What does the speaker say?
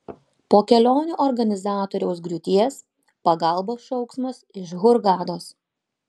po kelionių organizatoriaus griūties pagalbos šauksmas iš hurgados